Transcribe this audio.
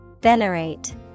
Venerate